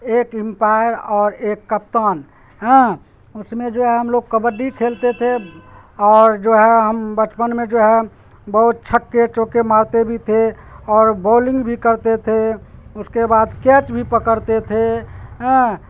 ایک امپائر اور ایک کپتان ہاں اس میں جو ہے ہم لوگ کبڈی کھیلتے تھے اور جو ہے ہم بچپن میں جو ہے بہت چھکے چوکے مارتے بھی تھے اور بولنگ بھی کرتے تھے اس کے بعد کیچ بھی پکڑتے تھے آں